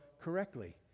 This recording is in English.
correctly